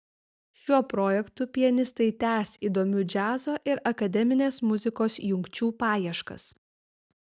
šiuo projektu pianistai tęs įdomių džiazo ir akademinės muzikos jungčių paieškas